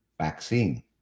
vaccine